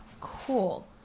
Cool